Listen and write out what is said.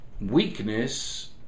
weakness